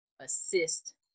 assist